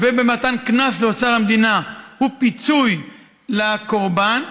ובמתן קנס לאוצר המדינה ופיצוי לקורבן,